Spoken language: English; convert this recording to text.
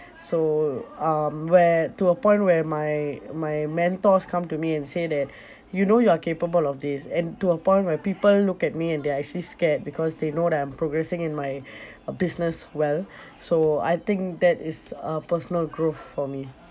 so um where to a point where my my mentors come to me and say that you know you are capable of this and to a point where people look at me and they're actually scared because they know that I'm progressing in my uh business well so I think that is a personal growth for me